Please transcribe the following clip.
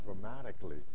dramatically